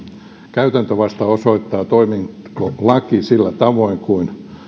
käytäntö vasta osoittaa toimiiko laki sillä tavoin kuin